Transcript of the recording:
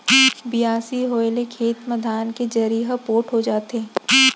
बियासी होए ले खेत म धान के जरी ह पोठ हो जाथे